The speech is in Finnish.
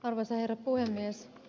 arvoisa herra puhemies